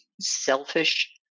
selfish